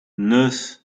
neuf